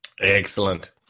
Excellent